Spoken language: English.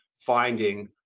finding